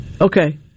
Okay